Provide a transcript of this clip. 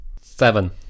seven